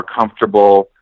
comfortable